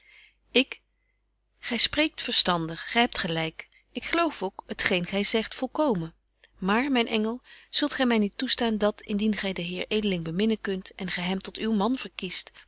ik gy spreekt verstandig gy hebt gelyk ik geloof ook t geen gy zegt volkomen maar myn engel zult gy my niet toestaan dat indien gy den heer edeling beminnen kunt en gy hem tot uw man verkiest